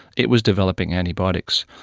it was developing antibiotics.